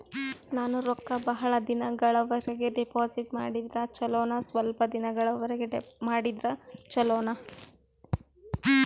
ನಾನು ರೊಕ್ಕ ಬಹಳ ದಿನಗಳವರೆಗೆ ಡಿಪಾಜಿಟ್ ಮಾಡಿದ್ರ ಚೊಲೋನ ಸ್ವಲ್ಪ ದಿನಗಳವರೆಗೆ ಮಾಡಿದ್ರಾ ಚೊಲೋನ?